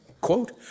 Quote